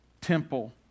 temple